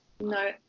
No